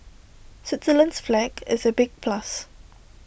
Switzerland's flag is A big plus